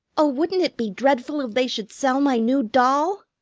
oh, wouldn't it be dreadful if they should sell my new doll!